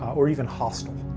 or even hostile,